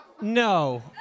No